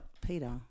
Peter